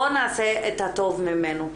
בוא נעשה את הטוב ממנו,